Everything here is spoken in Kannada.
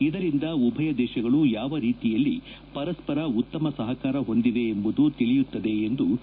ಇದರಿಂದ ಉಭಯ ದೇಶಗಳು ಯಾವ ರೀತಿಯಲ್ಲಿ ಪರಸ್ವರ ಉತ್ತಮ ಸಹಕಾರ ಹೊಂದಿವೆ ಎಂಬುದು ತಿಳಿಯುತ್ತದೆ ಎಂದು ಎಸ್